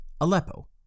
Aleppo